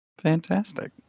Fantastic